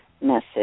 message